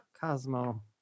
Cosmo